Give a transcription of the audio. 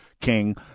King